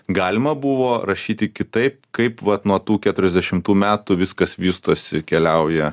galima buvo rašyti kitaip kaip vat nuo tų keturiasdešimtų metų viskas vystosi keliauja